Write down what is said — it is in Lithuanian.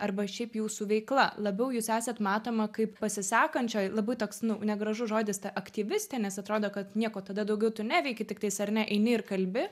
arba šiaip jūsų veikla labiau jūs esat matoma kaip pasisakančioji labai toks nu negražus žodis ta aktyvistė nes atrodo kad nieko tada daugiau tu neveiki tiktais ar ne eini ir kalbi